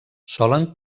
solen